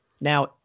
Now